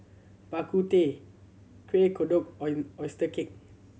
Bak Kut Teh Kueh Kodok oyster cake